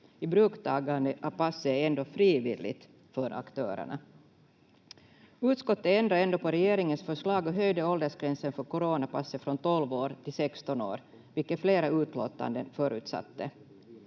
Ibruktagandet av passet är ändå frivilligt för aktörerna. Utskottet ändrade ändå på regeringens förslag och höjde åldersgränsen för coronapasset från 12 år till 16 år, vilket flera utlåtanden förutsatte.